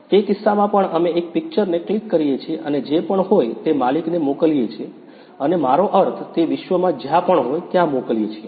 તે કિસ્સામાં પણ અમે એક પિક્ચર ને ક્લિક કરીએ છીએ અને જે પણ હોય તે માલિકને મોકલીએ છીએ અને મારો અર્થ તે વિશ્વમાં જ્યાં પણ હોય ત્યાં મોકલીએ છીએ